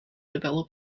develop